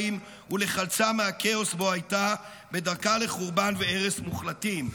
ולחלצה מהכאוס שבו הייתה בדרכה לחורבן והרס מוחלטים.